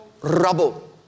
rubble